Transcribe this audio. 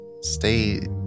stay